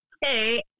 Hey